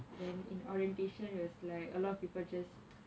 then in orientation it was like a lot of people just